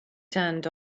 turned